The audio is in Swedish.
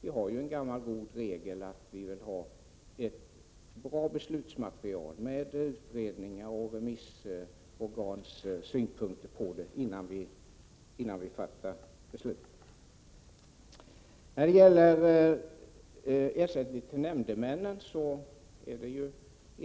Vi har ju en gammal god regel som säger att vi skall ha ett bra beslutsmaterial med utredningar och remissorgans synpunkter innan vi fattar beslut. När det gäller ersättning till nämndemän råder det